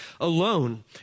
alone